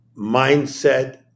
mindset